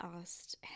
asked